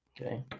Okay